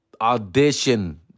audition